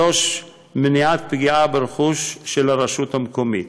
3. מניעת פגיעה ברכוש של הרשות המקומית.